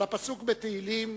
על הפסוק בתהילים